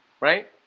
right